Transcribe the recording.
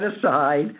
aside